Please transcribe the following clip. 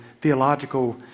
theological